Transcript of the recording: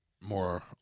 more